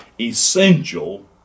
essential